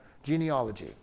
genealogy